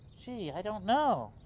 gee, i don't know.